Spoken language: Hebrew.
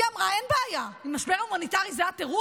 זה לא מעניין אותי.